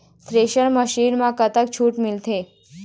Thresher machine म कतक छूट मिलथे?